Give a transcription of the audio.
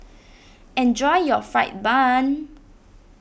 enjoy your Fried Bun